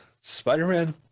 Spider-Man